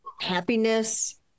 happiness